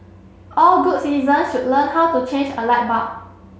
all good citizen should learn how to change a light bulb